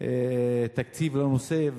תקציב לנושא.